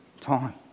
time